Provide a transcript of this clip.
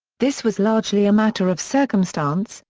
this was largely a matter of circumstance,